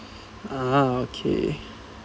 ah okay